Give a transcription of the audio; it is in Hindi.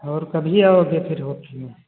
और कभी आओगे फिर होटल में